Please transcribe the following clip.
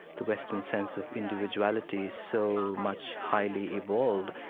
the western sense of individuality so much highly evolved.